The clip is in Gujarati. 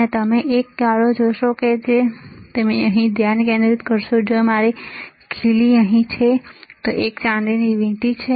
અને તમે એક કાળો જોશો અને જો તમે અહીં ધ્યાન કેન્દ્રિત કરશો જ્યાં મારી ખીલી અહીં છે ત્યાં એક ચાંદીની વીંટી છે